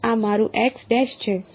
તો આ મારું x' છે